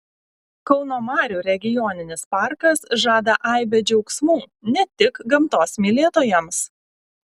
kauno marių regioninis parkas žada aibę džiaugsmų ne tik gamtos mylėtojams